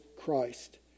Christ